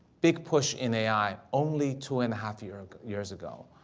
big push in a i. only two-and-a-half years years ago,